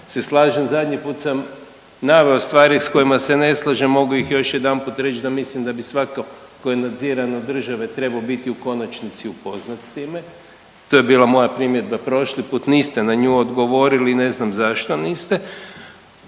se slažem. Zadnji put sam naveo stvari s kojima se ne slažem. Mogu ih još jedanput reći da mislim da bi svatko tko je nadziran od države trebao biti u konačnici upoznat s time to je bila moja primjedba prošli put. Niste na nju odgovorili. Ne znam zašto niste.